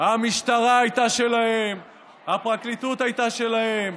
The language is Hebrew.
המשטרה הייתה שלהם, הפרקליטות הייתה שלהם.